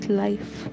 life